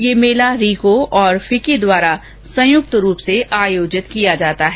यह मेला रीको और फिक्की द्वारा संयुक्त रूप से आयोजित किया जाता है